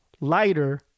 lighter